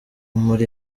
muri